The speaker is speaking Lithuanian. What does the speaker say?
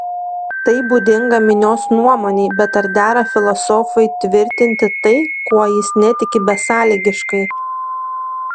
tai būdinga minios nuomonei bet ar dera filosofui tvirtinti tai kuo jis netiki besąlygiškai